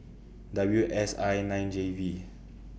W S I nine J V